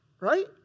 Right